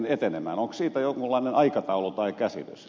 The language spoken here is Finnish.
onko siitä jonkunlainen aikataulu tai käsitys